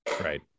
Right